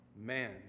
man